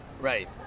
Right